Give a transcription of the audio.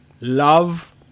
Love